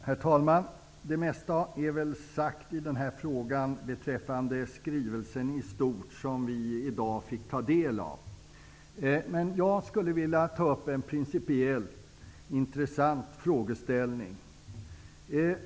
Herr talman! Det mesta är väl sagt i den här frågan beträffande skrivelsen i stort, som vi i dag fick ta del av. Jag skulle vilja ta upp en principell intressant frågeställning.